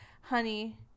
honey